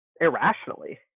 irrationally